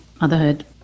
motherhood